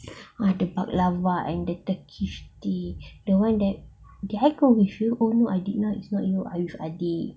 !wah! the baklava and the turkish tea the one that did I go with you oh no I did not I go with you I went with adik